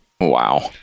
wow